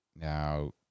Now